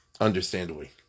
Understandably